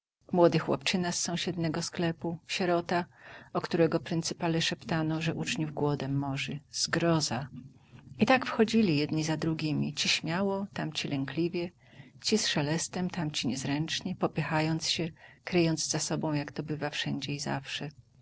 młody chłopczyna z sąsiedniego sklepu sierota o którego pryncypale szeptano że uczniów głodem morzy zgroza i tak wchodzili jedni za drugimi ci śmiało tamci lękliwie ci z szelestem tamci niezręcznie popychając się kryjąc za sobą jak to bywa wszędzie i zawsze